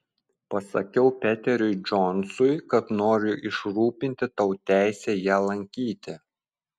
pasakiau peteriui džonsui kad noriu išrūpinti tau teisę ją lankyti